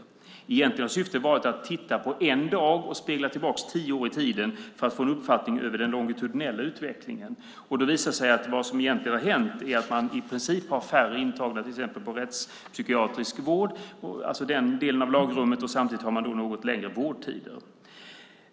Det egentliga syftet har varit att titta på en dag och spegla tillbaka tio år i tiden för att få en uppfattning om den longitudinella utvecklingen. Då visar det sig att vad som egentligen har hänt är att man i princip har färre intagna till exempel inom rättspsykiatrisk vård, alltså den delen av lagrummet. Samtidigt har man något längre vårdtider.